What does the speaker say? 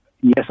Yes